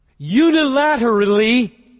unilaterally